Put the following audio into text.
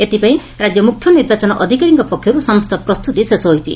ଏଥପାଇଁ ରାଜ୍ୟ ମୁଖ୍ୟ ନିର୍ବାଚନ ଅଧିକାରୀଙ୍କ ପକ୍ଷରୁ ସମସ୍ତ ପ୍ରସ୍ତୁତି ଶେଷ ହୋଇଛି